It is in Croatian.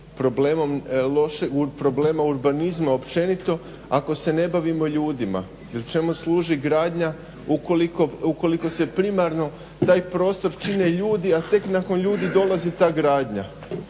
problema urbanizma općenito ako se ne bavimo ljudima jer čemu služi gradnja ukoliko se primarno taj prostor čine ljudi a tek nakon ljudi dolazi ta gradnja.